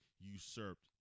usurped